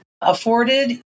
afforded